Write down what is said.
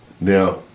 now